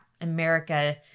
America